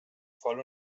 voll